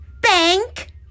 bank